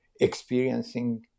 experiencing